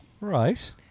Right